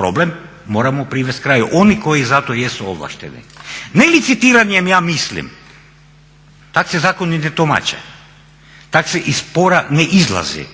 Problem moramo privest kraju oni koji za to jesu ovlašteni ne licitiranjem ja mislim. Tak se zakoni ne tumače. Tak se iz spora ne izlazi.